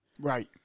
Right